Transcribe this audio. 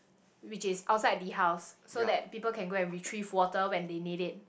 which is outside the house so that people can go and retrieve water when they need it